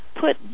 put